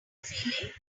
feeling